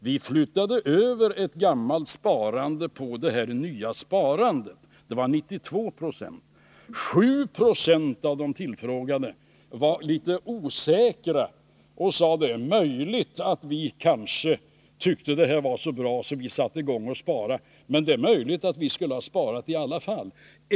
Vi flyttade över ett gammalt sparande på detta nya sparande. 7 Fo av de tillfrågade var litet osäkra och sade: Jag tyckte att det här var så bra att jag satte i gång att spara, men det är möjligt att jag skulle ha sparat i alla fall.